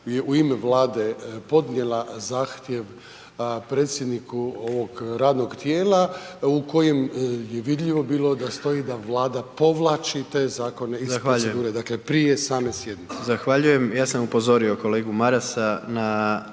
u ime Vlade podnijela zahtjev predsjedniku ovog radnog tijela u kojem je vidljivo bilo da stoji da Vlada povlači te zakone iz procedure, dakle prije same sjednice.